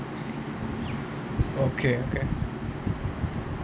okay okay